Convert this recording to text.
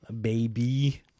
baby